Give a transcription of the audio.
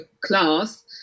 class